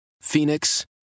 Phoenix